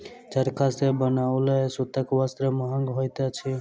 चरखा सॅ बनाओल सूतक वस्त्र महग होइत अछि